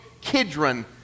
Kidron